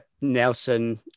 Nelson